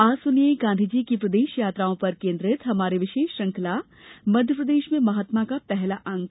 आज सुनिए गांधी जी की प्रदेश यात्राओं पर केन्द्रित हमारी विशेष श्रंखला मध्यप्रदेश में महात्मा का पहला अंक